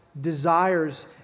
desires